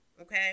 okay